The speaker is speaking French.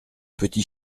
petit